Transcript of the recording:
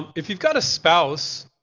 if you've got a spouse,